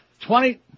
Twenty